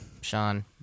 Sean